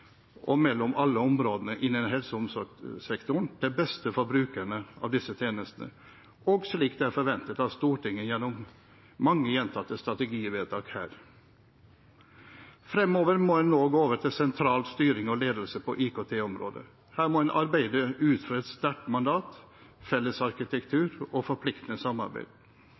og mellom alle områdene innen helse- og omsorgssektoren, til beste for brukerne av disse tjenestene, og slik det er forventet av Stortinget gjennom mange gjentatte strategivedtak. Fremover må en nå gå over til sentral styring og ledelse på IKT-området. Her må en arbeide ut fra et sterkt mandat, felles arkitektur og forpliktende samarbeid.